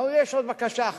הם אמרו: יש עוד בקשה אחת.